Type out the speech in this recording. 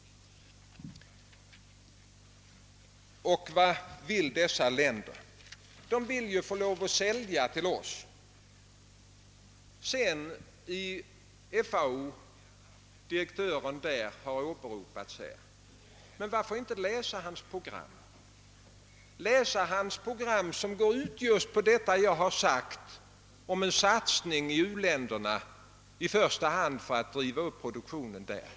Vad vill nu dessa länder? Jo, de vill sälja till oss. Direktören i FAO har åberopats här. Varför inte läsa hans program som går ut just på vad jag har sagt om en satsning i u-länderna i första hand för att driva upp produktionen där.